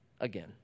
again